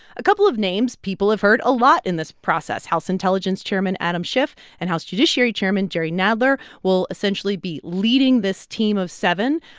a couple of names people have heard a lot in this process house intelligence chairman adam schiff and house judiciary chairman jerry nadler will essentially be leading this team of seven.